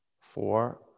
four